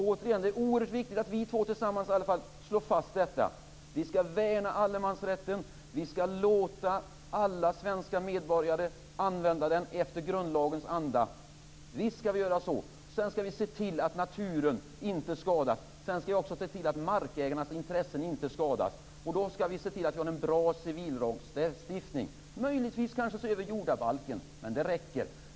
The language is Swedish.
Fru talman! Det är återigen oerhört viktigt att i alla fall vi två tillsammans slår fast detta. Vi skall värna allemansrätten. Vi skall låta alla svenska medborgare använda den efter grundlagens anda. Visst skall vi göra så! Sedan skall vi se till att naturen inte skadas. Sedan skall vi också se till att markägarnas intressen inte skadas. Då skall vi se till att vi har en bra civillagstiftning, och möjligtvis se över jordabalken. Men det räcker.